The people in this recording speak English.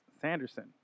Sanderson